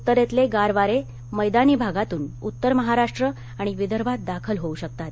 उत्तरेतले गार वारे मैदानी भागातून उत्तर महाराष्ट्र आणि विदर्भात दाखल होऊ शकतात